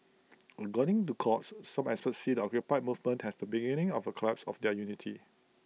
according to Quartz some experts see the occupy movement has the beginning of A collapse of their unity